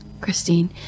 Christine